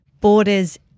borders